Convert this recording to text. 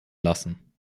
lassen